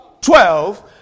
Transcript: Twelve